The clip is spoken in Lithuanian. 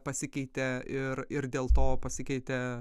pasikeitė ir ir dėl to pasikeitė